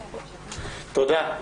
תודה.